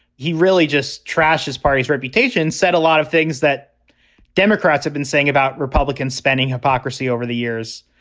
he really just trashed his party's reputation, set a lot of things that democrats have been saying about republicans spending hypocrisy over the years.